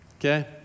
Okay